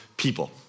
People